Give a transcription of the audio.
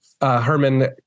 Herman